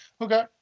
Okay